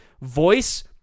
voice